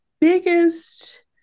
biggest